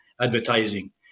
advertising